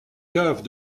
caves